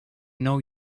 know